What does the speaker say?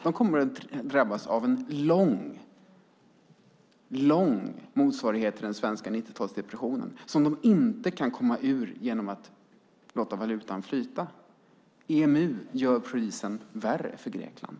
De kommer att drabbas av en lång motsvarighet till den svenska 90-talsdepressionen som de inte kan komma ur genom att låta valutan flyta. EMU gör krisen värre för Grekland.